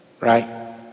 Right